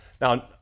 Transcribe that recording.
Now